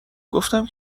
گفتم